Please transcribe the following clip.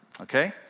okay